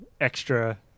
extra